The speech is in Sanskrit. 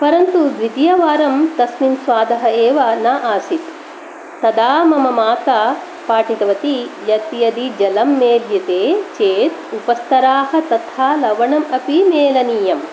परन्तु द्वितीयवारं तस्मिन् स्वादः एव न आसीत् तदा मम माता पाठितवती यत् यदि जलं मेद्यते चेत् उपस्तरः तथा लवणम् अपि मेलनीयम्